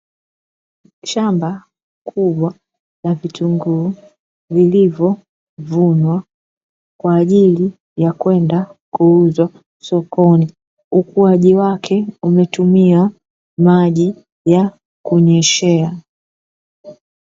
Shamba kubwa la vitunguu vilivyovunwa kwajili ya kwenda kuuzwa sokoni ukuaji wake umetumia maji ya kunyeshea.